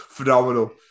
Phenomenal